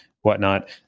whatnot